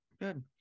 Good